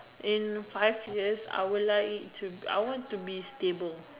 in five years I would like it to I want to be stable